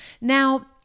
Now